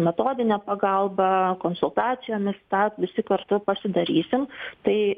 metodine pagalba konsultacijomis tą visi kartu pasidarysim tai